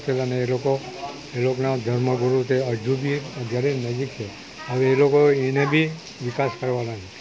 એ લોકના એ લોકના હજુદી અગિયારી નજીક છે હવે એ લોકો એને બી વિકાસ કરવાના છે